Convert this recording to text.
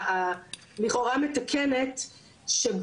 שבה כמו שאומרת עורכת הדין רוסו,